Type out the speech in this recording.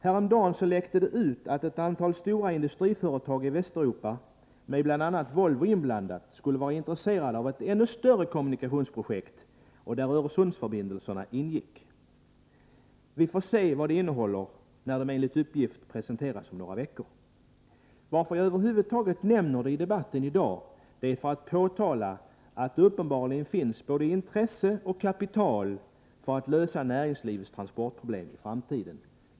Häromdagen läckte det ut att ett antal stora industriföretag i Västeuropa, däribland Volvo, skulle vara intresserade av ett ännu större kommunikationsprojekt, i vilket Öresundsförbindelserna ingick. Vi får se vad projektet innehåller när det presenteras — enligt uppgift om några veckor. Varför jag över huvud taget nämner det i debatten i dag är för att påvisa att det hos näringslivet uppenbarligen finns både intresse och kapital för att lösa näringslivets transportproblem i framtiden.